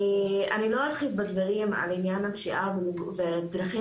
אני לא ארחיב בדברים על עניין הפשיעה והאלימות.